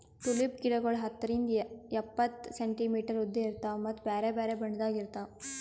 tulip ಗಿಡಗೊಳ್ ಹತ್ತರಿಂದ್ ಎಪ್ಪತ್ತು ಸೆಂಟಿಮೀಟರ್ ಉದ್ದ ಇರ್ತಾವ್ ಮತ್ತ ಬ್ಯಾರೆ ಬ್ಯಾರೆ ಬಣ್ಣದಾಗ್ ಇರ್ತಾವ್